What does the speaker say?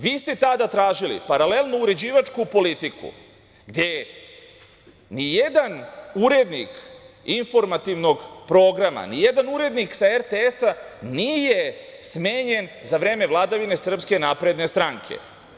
Vi ste tada tražili paralelnu uređivačku politiku gde ni jedan urednik informativnog programa, ni jedan urednik sa RTS nije smenjen za vreme vladavine SNS.